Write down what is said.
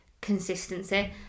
consistency